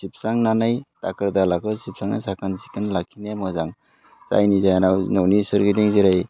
सिबस्रांनानै दाखोर दालाखौ सिबस्रांना साखोन सिखोन लाखिनाया मोजां जायनि जाहोनाव न'नि सोरगिदिं जेरै